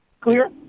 Clear